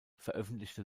veröffentlichte